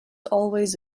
always